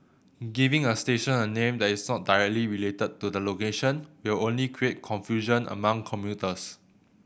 giving a station a name that is sort directly related to the location will only create confusion among commuters